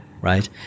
right